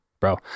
bro